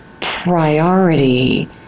priority